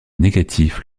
négatif